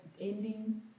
ending